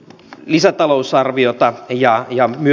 lisätalousarviota ja ja myy